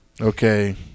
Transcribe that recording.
okay